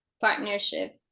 partnership